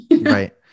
Right